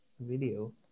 Video